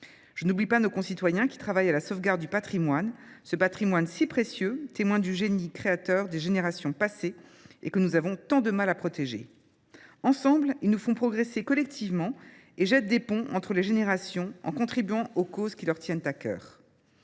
Je n’oublie pas nos concitoyens qui travaillent à la sauvegarde de notre si précieux patrimoine, témoin du génie créateur des générations passées, que nous avons tant de mal à protéger. Ensemble, ils nous font progresser collectivement et jettent des ponts entre les générations en contribuant aux causes qui leur tiennent à cœur.